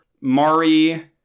Mari